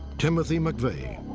timothy mcveigh.